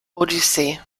odyssee